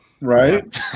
Right